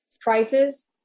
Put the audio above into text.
prices